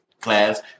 class